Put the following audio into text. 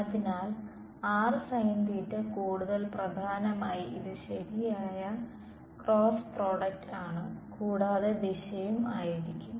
അതിനാൽ കൂടുതൽ പ്രധാനമായി ഇത് ശരിയായ ക്രോസ് പ്രോഡക്റ്റ് ആണ് കൂടാതെ ദിശയും ആയിരിക്കും